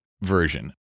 version